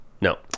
No